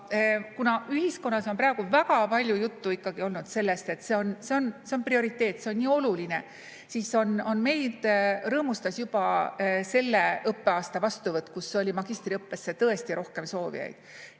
kuna ühiskonnas on praegu väga palju juttu olnud sellest, et see on prioriteet, see on nii oluline, siis meid rõõmustas juba selle õppeaasta vastuvõtt, kui magistriõppesse oli tõesti rohkem soovijaid.